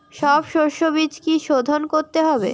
সব শষ্যবীজ কি সোধন করতে হবে?